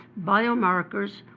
biomarkers,